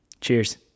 Cheers